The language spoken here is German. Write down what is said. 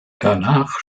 danach